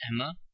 Emma